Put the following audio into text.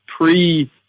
pre-